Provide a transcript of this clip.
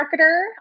marketer